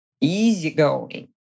easygoing